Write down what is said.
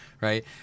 Right